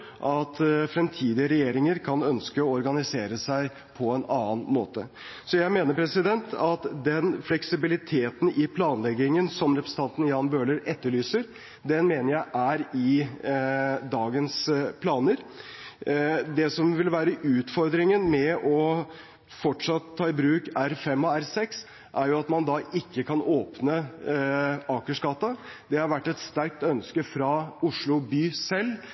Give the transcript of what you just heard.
at fremtidige regjeringer kan ønske å organisere seg på en annen måte. Så jeg mener at den fleksibiliteten i planleggingen som representanten Jan Bøhler etterlyser, er i dagens planer. Det som vil være utfordringen med fortsatt å ta i bruk R5 og R6, er at man da ikke kan åpne Akersgata. Det har vært et sterkt ønske fra Oslo by selv